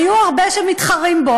היו הרבה שמתחרים בו,